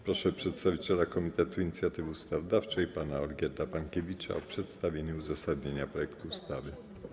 Proszę przedstawiciela Komitetu Inicjatywy Ustawodawczej pana Olgierda Pankiewicza o przedstawienie uzasadnienia projektu ustawy.